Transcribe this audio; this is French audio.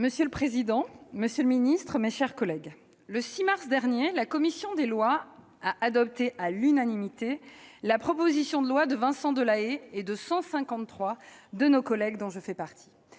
Monsieur le président, monsieur le secrétaire d'État, mes chers collègues, le 6 mars dernier, la commission des lois a adopté à l'unanimité la proposition de loi de Vincent Delahaye et de cent cinquante-trois de nos collègues, dont je faisais partie.